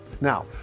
Now